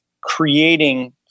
creating